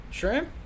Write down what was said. Shrimp